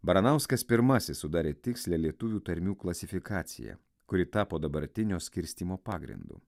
baranauskas pirmasis sudarė tikslią lietuvių tarmių klasifikaciją kuri tapo dabartinio skirstymo pagrindu